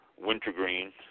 wintergreen